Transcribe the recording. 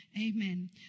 Amen